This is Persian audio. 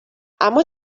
اما